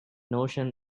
notion